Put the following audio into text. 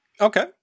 Okay